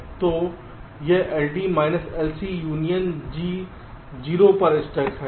तो यह LD minus LC union G 0 पर स्टक है